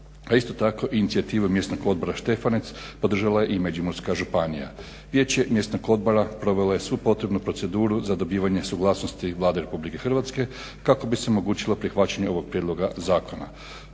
isto tako i inicijativu Mjesnog odbora Štefanec podržala je i Međimurska županija. Vijeće mjesnog odbora provelo je svu potrebnu proceduru za dobivanje suglasnosti Vlade Republike Hrvatske kako bi se omogućilo prihvaćanje ovog prijedloga zakona.